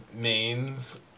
mains